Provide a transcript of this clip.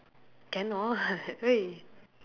cannot where is